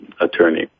attorney